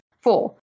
four